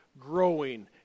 growing